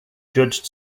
judged